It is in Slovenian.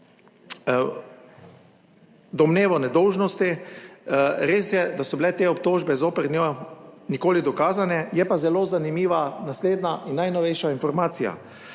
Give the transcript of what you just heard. domnevo nedolžnosti. Res je, da so bile te obtožbe zoper njo nikoli dokazane, je pa zelo zanimiva naslednja in najnovejša informacija.